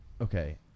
Okay